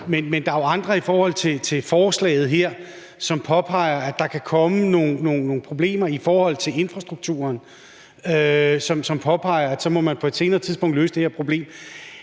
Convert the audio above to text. Men der er jo andre, der i forhold til det her forslag påpeger, at der kan komme nogle problemer i forhold til infrastrukturen, og at man så må løse det her problem